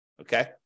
Okay